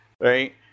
right